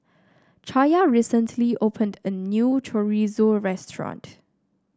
Chaya recently opened a new Chorizo restaurant